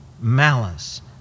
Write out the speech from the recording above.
malice